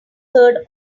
heard